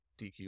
DQ